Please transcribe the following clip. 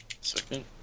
Second